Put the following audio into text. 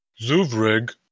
zuvrig